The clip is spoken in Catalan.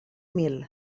mil